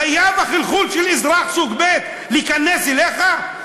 החלחול של אזרח סוג ב' חייב להיכנס אליך?